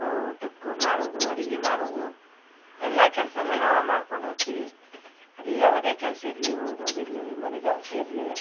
ಅವ ಟುಕ್ಕು ಮಾಡೋದು ಅಡಿಗೆ ಮಾಡೋದು ಎಲ್ಲಾ ಕೆಲಸನು ನಾವು ಮಾಡ್ಕೊಂಡು ಹೋಕ್ಕಿವಿ ಅದೇ ಯಾವುದೇ ಕೆಲ್ಸ ಇರಲಿ ಓದೋದು ಇರಲಿ ಮನಿಗೆಲ್ಸ ಇರಲಿ